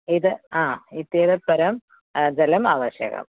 एतद् इत्येतत् परं जलम् अवश्यकम्